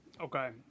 Okay